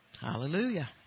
Hallelujah